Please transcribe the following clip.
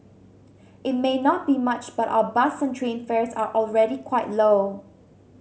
it may not be much but our bus and train fares are already quite low